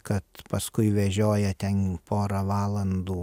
kad paskui vežioja ten porą valandų